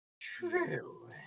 True